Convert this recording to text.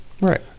Right